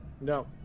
No